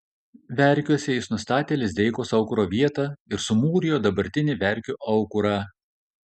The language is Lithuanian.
verkiuose jis nustatė lizdeikos aukuro vietą ir sumūrijo dabartinį verkių aukurą